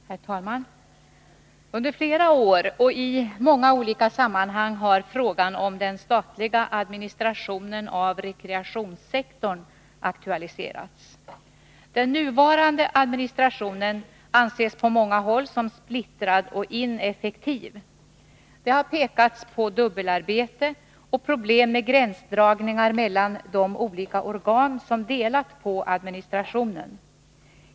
Herr talman! Under flera år och i många olika sammanhang har frågan om den statliga administrationen av rekreationssektorn aktualiserats. Den nuvarande administrationen anses på många håll som splittrad och ineffektiv. Det har pekats på dubbelarbete och problem med gränsdragningar mellan de olika organ som delat på administrationen.